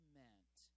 meant